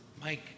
Mike